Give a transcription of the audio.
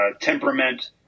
temperament